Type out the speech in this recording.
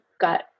got